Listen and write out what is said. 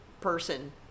person